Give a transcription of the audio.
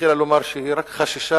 התחילה לומר שהיא רק חששה.